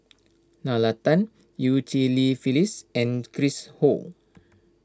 Nalla Tan Eu Cheng Li Phyllis and Chris Ho